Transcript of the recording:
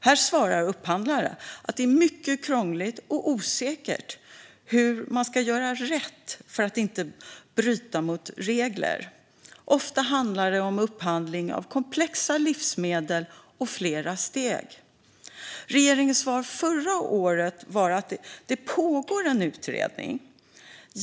Här svarar upphandlare att det är mycket krångligt och osäkert hur man ska göra rätt för att inte bryta mot regler. Ofta handlar det om upphandling av komplexa livsmedel och flera steg. Regeringens svar förra året var att det pågår en utredning.